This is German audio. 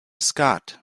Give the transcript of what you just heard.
skat